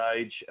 stage